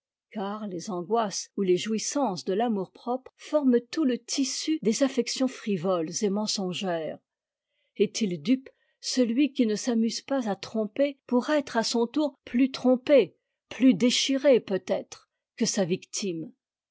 car les angoisses ou les jouissances de l'amour-propre forment tout le tissu des affections frivoles et mensongères est-il dupe celui qui ne s'amuse pas à tromper pour être à son tour plus trompé plus déchiré peut-être que sa victime